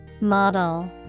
Model